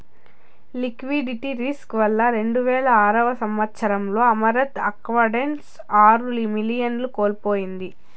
liquidity risk వల్ల రెండువేల ఆరవ సంవచ్చరంలో అమరత్ అడ్వైజర్స్ ఆరు మిలియన్లను కోల్పోయింది